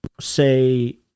say